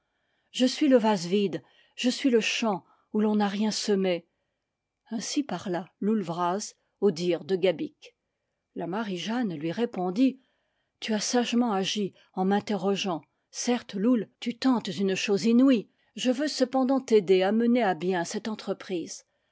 je suis le vase vide je suis le champ où l'on n'a rien semé ainsi parla loull vraz au dire de gabic la marie-jeanne lui répondit tu as sagement agi en m'interrogeant certes loull tu tentes une chose inouïe je veux cependant t'aider à mener à bien cette entreprise